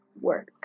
work